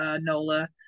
Nola